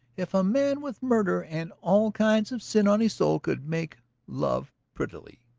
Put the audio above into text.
if a man with murder and all kinds of sin on his soul could make love prettily?